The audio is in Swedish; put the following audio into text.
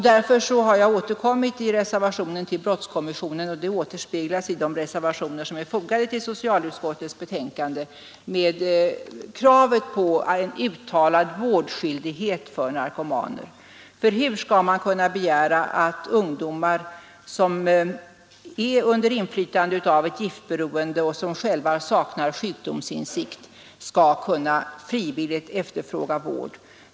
Därför har jag återkommit i reservationen till brottskommissionen, som återspeglas i de reservationer som är fogade till socialutskottets betänkande med krav om uttalad Nr 106 vårdskyldighet för narkomaner. Ty hur skall man kunna begära att Fredagen den ungdomar som är giftberoende och som själva saknar sjukdomsinsikt 1 juni 1973 frivilligt skall efterfråga vård?